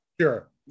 Sure